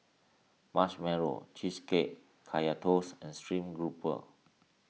Marshmallow Cheesecake Kaya Toast and Stream Grouper